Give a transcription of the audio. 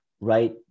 right